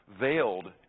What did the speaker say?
veiled